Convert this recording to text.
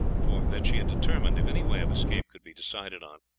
for that she had determined, if any way of escape could be decided on,